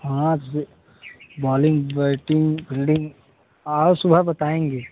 हाँ बे bowling batting fielding आओ सुबह बताएँगे